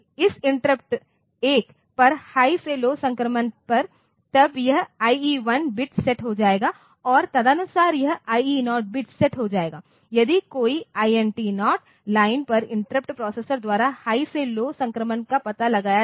इस इंटरप्ट 1पर हाई से लौ संक्रमण पर तब यह IE1 बिट सेट हो जाएगा और तदनुसार यह IE0 बिट सेट हो जाएगा यदि कोई INT 0 लाइन पर इंटरप्ट प्रोसेसर द्वारा हाई से लौ संक्रमण का पता लगाया गया